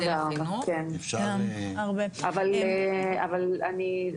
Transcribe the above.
אבל אני,